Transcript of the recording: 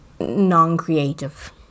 non-creative